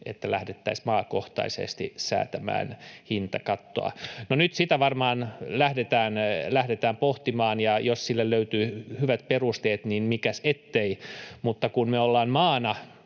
että lähdettäisiin maakohtaisesti säätämään hintakattoa. No, nyt sitä varmaan lähdetään pohtimaan, ja jos sille löytyy hyvät perusteet, niin mikäs ettei, mutta kun me ollaan maana